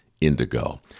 indigo